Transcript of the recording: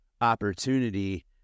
opportunity